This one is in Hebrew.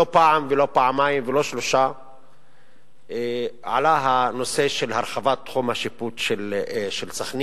לא פעם לא פעמיים ולא שלוש עלה הנושא של הרחבת תחום השיפוט של סח'נין.